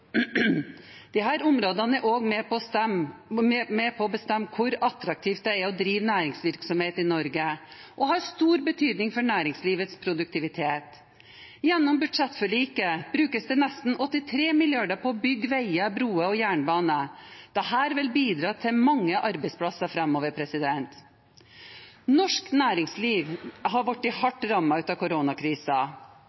områdene er også med på å bestemme hvor attraktivt det er å drive næringsvirksomhet i Norge, og har stor betydning for næringslivets produktivitet. Gjennom budsjettforliket brukes det nesten 83 mrd. kr på å bygge veier, broer og jernbane. Dette vil bidra til mange arbeidsplasser framover. Norsk næringsliv har blitt hardt rammet av koronakrisen. Derfor har